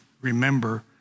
remember